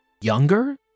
younger